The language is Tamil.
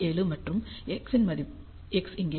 67 மற்றும் x இங்கே 0